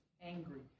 angry